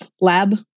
lab